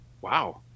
Wow